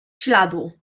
śladu